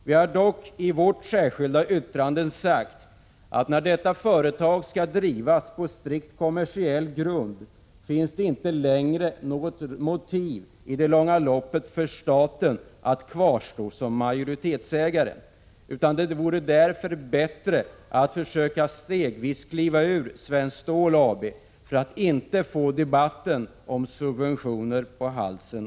Vi har dock i vårt särskilda yttrande sagt, att när detta företag skall drivas på strikt kommersiell grund, finns det i längden inte något motiv för staten att kvarstå som majoritetsägare. Det vore därför bättre att stegvis försöka kliva ur engagemanget i Svenskt Stål AB för att inte ånyo få debatten om subventioner på halsen.